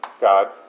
God